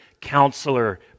counselor